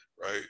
Right